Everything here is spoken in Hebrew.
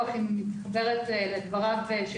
אני מסכים עם כל מילה.